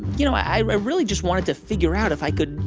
you know, i really just wanted to figure out if i could,